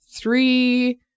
three